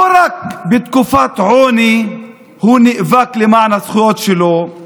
לא רק בתקופת עוני הוא נאבק למען הזכויות שלו,